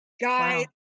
guys